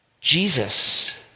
Jesus